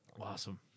Awesome